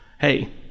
hey